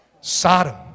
Sodom